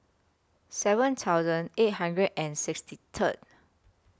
seven thousand eight hundred and sixty Third